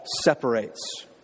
separates